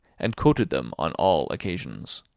and quoted them on all occasions.